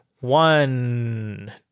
one